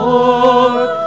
Lord